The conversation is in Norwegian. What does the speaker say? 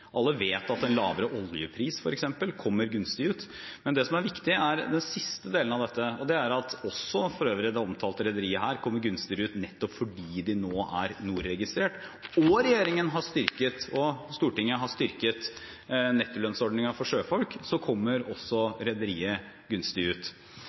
Alle vet at lavere oljepris, f.eks., kommer gunstig ut. Det som er viktig, er den siste delen av dette, og det er at også det omtalte rederiet her kommer gunstigere ut nettopp fordi det nå er NOR-registrert. Og når regjeringen og Stortinget har styrket nettolønnsordningen for sjøfolk, kommer også rederiet gunstig ut.